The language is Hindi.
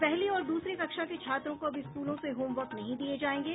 पहली और दूसरी कक्षा के छात्रों को अब स्कूलों से होम वर्क नहीं दिये जायेंगे